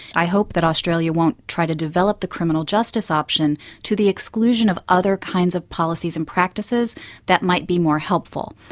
i hope that australia won't try to develop the criminal justice option to the exclusion of other kinds of policies and practices that might be more helpful.